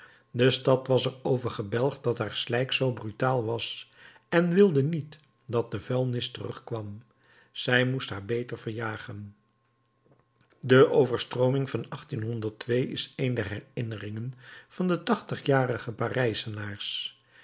de stad was er over gebelgd dat haar slijk zoo brutaal was en wilde niet dat de vuilnis terugkwam zij moest haar beter verjagen de overstrooming van is een der herinneringen van de tachtigjarige parijzenaars